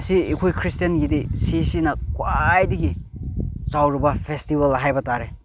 ꯑꯁꯤ ꯑꯩꯈꯣꯏ ꯈ꯭ꯔꯤꯁꯇ꯭ꯌꯟꯒꯤꯗꯤ ꯁꯤꯁꯤꯅ ꯈ꯭ꯋꯥꯏꯗꯒꯤ ꯆꯥꯎꯔꯕ ꯐꯦꯁꯇꯤꯕꯜ ꯍꯥꯏꯕ ꯇꯥꯔꯦ